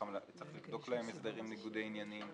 צריך לבדוק להם הסדרי ניגודי עניינים,